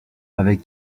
avec